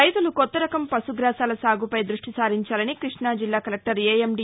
రైతులు కొత్త రకం పశుగ్రాసాల సాగుపై దృష్టి సారించాలని కృష్ణాజిల్లా కలెక్టర్ ఏఎండీ